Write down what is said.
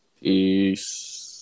Peace